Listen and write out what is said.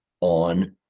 on